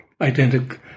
Identical